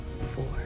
four